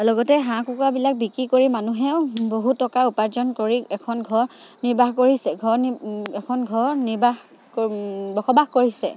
লগতে হাঁহ কুকুৰাবিলাক বিক্ৰী কৰি মানুহেও বহুত টকা উপাৰ্জন কৰি এখন ঘৰ নিৰ্বাহ কৰিছে ঘৰ নি এখন ঘৰ নিৰ্বাহ ক বসবাস কৰিছে